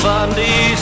Sunday